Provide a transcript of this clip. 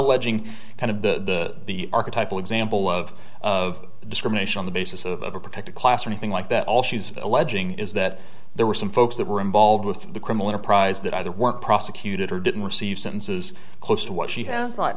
alleging kind of the archetype of example of of discrimination on the basis of a protected class or anything like that all she's alleging is that there were some folks that were involved with the criminal enterprise that either weren't prosecuted or didn't receive sentences close to what she has